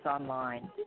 online